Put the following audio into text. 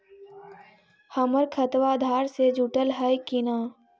हमर खतबा अधार से जुटल हई कि न?